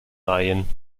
laien